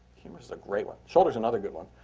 humorous is a great one. shoulder's another good one.